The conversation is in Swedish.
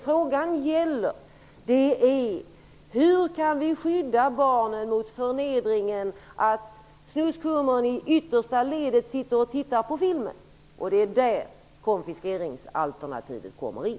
Frågan gäller hur vi kan skydda barnen mot förnedringen att snuskhummern i det yttersta ledet sitter och tittar på filmen. Det är i det sammanhanget som konfiskeringsalternativet kommer in.